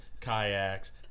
kayaks